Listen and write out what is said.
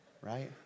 Right